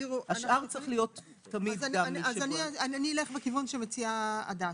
אני אלך בכיוון שמציעה הדס.